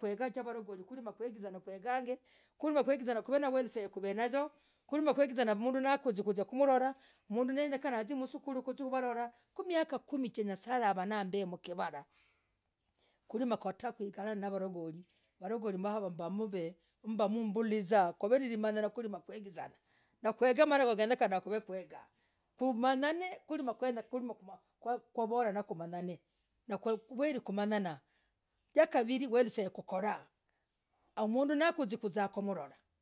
kwega chavalagoli chakuziah kwegag kwiri kugizanah welfare kuv nayoo kwiri nakuginah mnduu na kuzii kuzia kumulorah mnduu yenyekena azie msukuluu kuzia kumulorah ku miakah kumi chaaa nye'sa yambah mkivarah kwiri vatah kukwira varagoli varagoli mmmbah mmbuzah mvulinyama kwiri kwigizaanah nakuwenamarogoo ganyekana kumanyan kwiri nakwenye kwiri haaa kwah kwavorana kumanyan na kweli kumanyanaa yakavirii welfare kukorah mmnduu nakuzii kuzia kumulorah.